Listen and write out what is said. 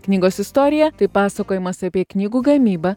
knygos istorija tai pasakojimas apie knygų gamybą